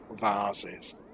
vases